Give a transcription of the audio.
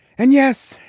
and yes,